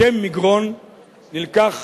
השם מגרון נלקח